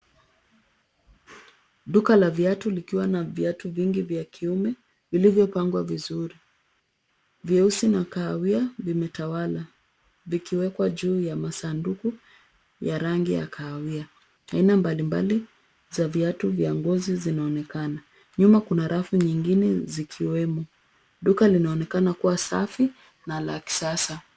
Duka la viatu likiwa na viatu vingi vya kiume vilivyopangwa vizuri. Vyeusi na kahawia vimetawala vikiwekwa juu ya masanduku ya rangi ya kahawia. Aina mbalimbali za viatu vya ngozi vinaonekana. Nyuma kuna rafu nyingine zikiwemo. Duka linaonekana kuwa safi na la kisasa.